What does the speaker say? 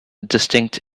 distinct